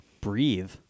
Breathe